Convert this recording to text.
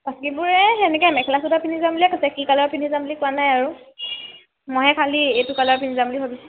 বাকীবোৰে সেনেকে মেখেলা চাদৰ পিন্ধি যাম বুলিয়ে কৈছে কি কালাৰ পিন্ধি যাম বুলি কোৱা নাই আৰু মই হে খালী এইটো কালাৰ পিন্ধি যাম বুলি ভাবিছোঁ